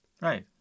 Right